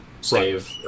save